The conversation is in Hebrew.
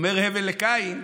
אומר הבל לקין: